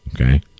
okay